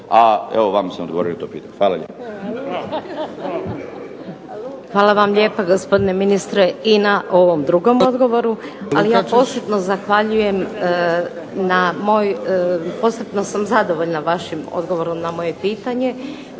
A evo vama sam odgovorio na to pitanje. Hvala lijepo. **Lukačić, Ljubica (HDZ)** Hvala vam lijepa gospodine ministre i na ovom drugom odgovoru. Ali ja posebno zahvaljujem, posebno sam zadovoljna vašim odgovorom na moje pitanje.